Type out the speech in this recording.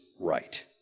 right